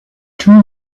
two